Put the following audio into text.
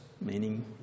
meaning